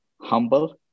humble